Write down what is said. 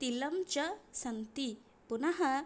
तिलं च सन्ति पुनः